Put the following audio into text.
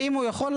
ואם הוא יכול,